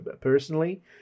personally